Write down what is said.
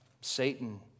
Satan